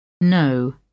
NO